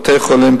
בתי-חולים,